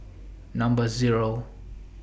Number Zero